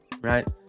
Right